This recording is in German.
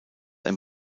ein